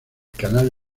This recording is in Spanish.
canal